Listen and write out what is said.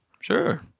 Sure